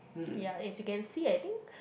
ya as you can see I think